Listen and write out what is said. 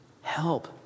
Help